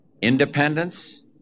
Independence